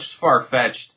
far-fetched